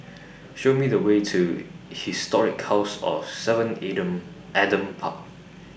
Show Me The Way to Historic House of seven Adam Adam Park